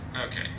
Okay